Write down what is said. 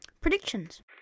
predictions